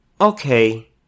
okay